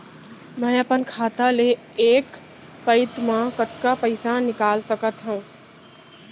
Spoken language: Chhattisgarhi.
मैं अपन खाता ले एक पइत मा कतका पइसा निकाल सकत हव?